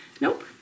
Nope